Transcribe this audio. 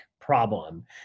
problem